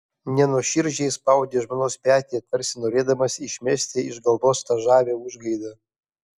nenuoširdžiai spaudė žmonos petį tarsi norėdamas išmesti iš galvos tą žavią užgaidą